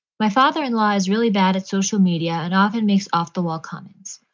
my father in law is really bad at social media and often makes off the wall comments.